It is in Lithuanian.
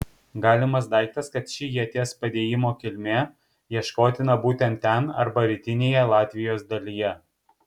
galimas daiktas kad ši ieties padėjimo kilmė ieškotina būtent ten arba rytinėje latvijos dalyje